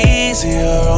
easier